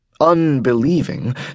Unbelieving